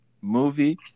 movie